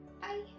Bye